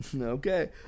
Okay